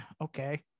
okay